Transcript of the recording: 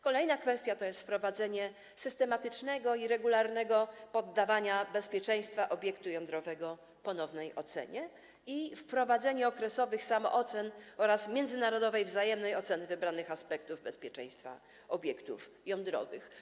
Kolejna kwestia to jest wprowadzenie systematycznego i regularnego poddawania bezpieczeństwa obiektu jądrowego ponownej ocenie i wprowadzenie okresowych samoocen oraz międzynarodowej wzajemnej oceny w zakresie wybranych aspektów bezpieczeństwa obiektów jądrowych.